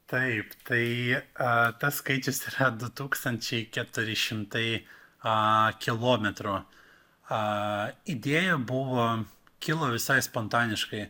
taip tai a tas skaičius yra du tūkstančiai keturi šimtai a kilometrų a idėja buvo kilo visai spontaniškai